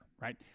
right